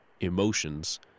emotions